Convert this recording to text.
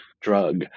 drug